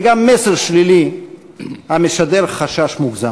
וגם מסר שלילי המשדר חשש מוגזם.